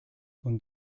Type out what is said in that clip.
con